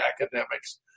academics